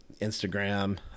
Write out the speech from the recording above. Instagram